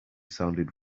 sounded